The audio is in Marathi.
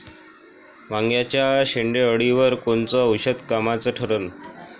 वांग्याच्या शेंडेअळीवर कोनचं औषध कामाचं ठरन?